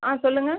ஆ சொல்லுங்கள்